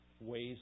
ways